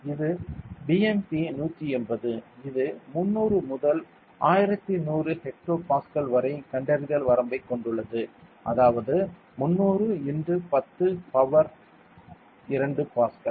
இது BMP180 இது 300 முதல் 1100 ஹெக்டோ பாஸ்கல் வரை கண்டறிதல் வரம்பைக் கொண்டுள்ளது அதாவது 300 x 10 பவர் 2 பாஸ்கல்